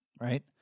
right